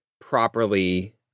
properly